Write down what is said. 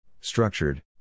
structured